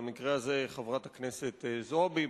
במקרה הזה חברת הכנסת זועבי,